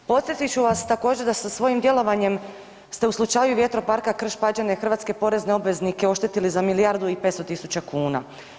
Podsjetit ću vas također da ste sa svojim djelovanjem ste u slučaju VE Krš-Pađene hrvatske porezne obveznike oštetili za milijardu i 500 tisuća kuna.